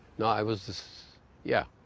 no, i was the yeah.